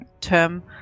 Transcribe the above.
term